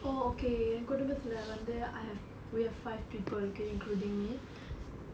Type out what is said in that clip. okay என் குடும்பத்துல வந்து:en kudumbatthula vanthu I have we have five people okay including me